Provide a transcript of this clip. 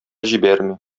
җибәрми